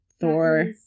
Thor